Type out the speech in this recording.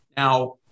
Now